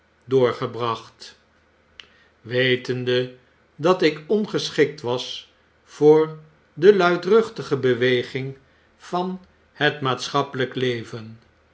doorgebracht wetende dat ik ongeschikt was voor de luidruchtigere beweging van het maatschappelyk leven